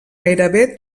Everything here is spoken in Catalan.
gairebé